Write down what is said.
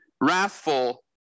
wrathful